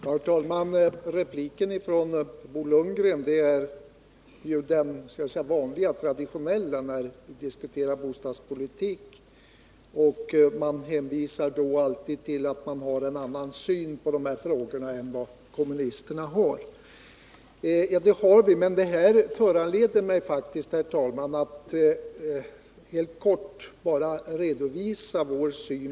Herr talman! Repliken från Bo Lundgren var den vanliga, den traditionella när vi diskuterar bostadspolitik. Då hänvisar moderaterna alltid till att de har en annan syn på dessa frågor än kommunisterna. Ja, vi har olika syn på dessa frågor, och det föranleder mig, herr talman, att helt kort redovisa vår syn.